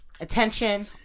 Attention